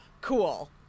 cool